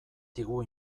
digu